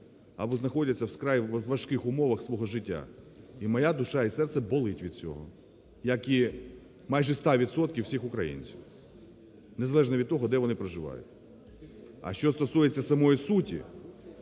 або знаходяться у вкрай важких умовах свого життя. І моя душа і серце болить від цього, як і майже 100 відсотків всіх українців, незалежно від того, де вони проживають. А що стосується самої суті,